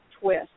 twist